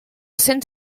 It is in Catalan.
cent